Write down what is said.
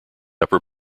upper